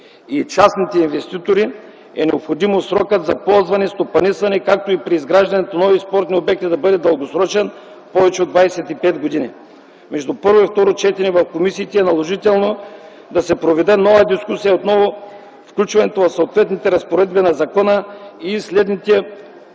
и частните инвеститори, е необходимо срокът за ползване и стопанисване, както и при изграждането на нови спортни обекти, да бъде дългосрочен – повече от 25 години. Между първо и второ четене в комисиите е наложително да се проведе нова дискусия за включване в съответните разпоредби на закона и на следните